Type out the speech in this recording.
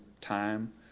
time